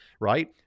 right